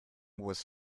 was